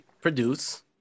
produce